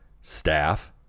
staff